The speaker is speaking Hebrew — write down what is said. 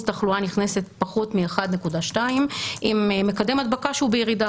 תחלואה נכנסת פחות מ-1.2% עם מקדם הדבקה שהוא בירידה,